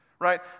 right